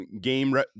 game